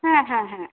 হ্যাঁ হ্যাঁ হ্যাঁ